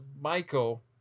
Michael